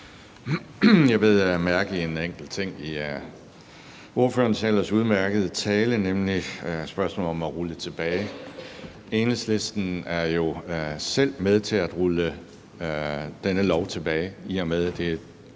Jeg bider mærke i en enkelt ting i ordførerens ellers udmærkede tale, nemlig spørgsmålet om at rulle det tilbage. Enhedslisten er jo selv med til at rulle denne lov tilbage, i og med det er